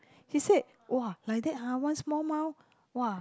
she said !wah! like that !huh! one small mouth !wah!